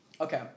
okay